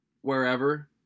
wherever